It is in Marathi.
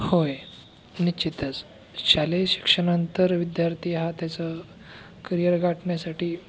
होय निश्चितच शालेय शिक्षणानंतर विद्यार्थी हा त्याचा करिअर गाठण्यासाठी